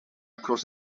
across